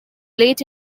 late